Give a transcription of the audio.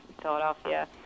Philadelphia